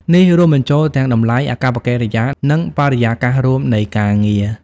នេះរួមបញ្ចូលទាំងតម្លៃ អាកប្បកិរិយា និងបរិយាកាសរួមនៃការងារ។